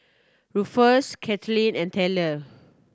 Ruffus Katelin and Tayler